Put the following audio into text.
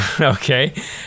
okay